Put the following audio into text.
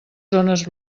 zones